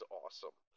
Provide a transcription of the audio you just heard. awesome